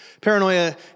Paranoia